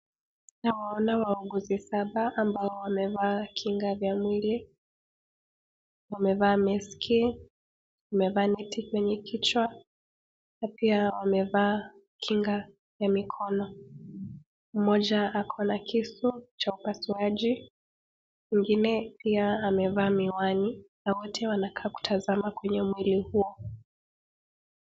Ninaona waongozi supper ambao amevaa Kinga za mwili wamevaa maski wamevaa neti kwa kuhakikisha kuwa wamevaa Kinga ya mkono moja ako na Kisumu cha upasuaji mwingine pia amevaa miwani na wote wanakaa kuitazama kwenye mwili huo.